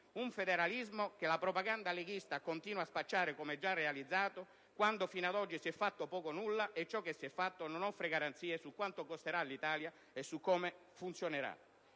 un federalismo che la propaganda leghista continua a spacciare come già realizzato quando fino ad oggi si è fatto poco o nulla e ciò che si è fatto non offre garanzie su quanto costerà all'Italia e su come funzionerà.